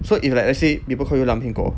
so if like let's say people call you 烂苹果